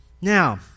now